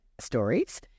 stories